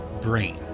brain